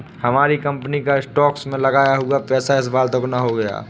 हमारी कंपनी का स्टॉक्स में लगाया हुआ पैसा इस बार दोगुना हो गया